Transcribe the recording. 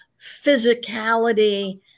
physicality